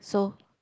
so